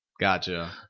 Gotcha